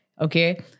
okay